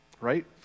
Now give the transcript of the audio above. right